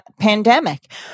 pandemic